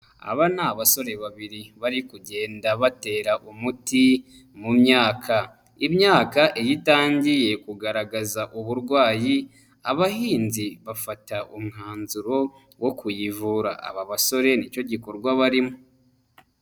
Aba ni abasore babiri bari kugenda batera umuti mu myaka. Imyaka iyo itangiye kugaragaza uburwayi, abahinzi bafata umwanzuro wo kuyivura. Aba basore nicyo gikorwa barimo.